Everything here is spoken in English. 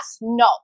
No